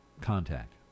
contact